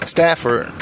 Stafford